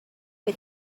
but